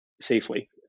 safely